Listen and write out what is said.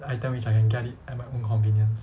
item which I can get it at my own convenience